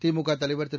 திமுக தலைவர் திரு